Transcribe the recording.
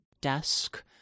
desk